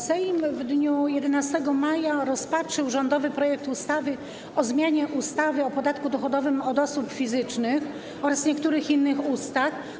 Sejm w dniu 11 maja rozpatrzył rządowy projekt ustawy o zmianie ustawy o podatku dochodowym od osób fizycznych oraz niektórych innych ustaw.